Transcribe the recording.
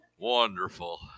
Wonderful